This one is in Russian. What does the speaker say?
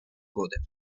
годы